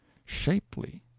shapely,